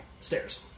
stairs